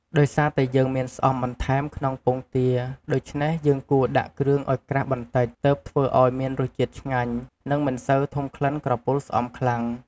ដោយសារតែយើងមានស្អំបន្ថែមក្នុងពងទា ដូច្នេះយើងគួរដាក់គ្រឿងឱ្យក្រាស់បន្តិច ទើបធ្វើឱ្យមានរសជាតិឆ្ងាញ់ និងមិនសូវធំក្លិនក្រពុលស្អំខ្លាំង។